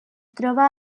troba